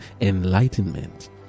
enlightenment